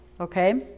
okay